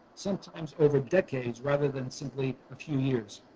sometimes over decades rather than simply a few years.